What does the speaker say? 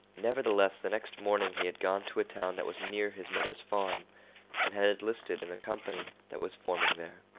nevertheless, the next morning he had gone to a town that was near his mother's farm and had enlisted in a company that was forming there.